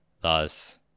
Thus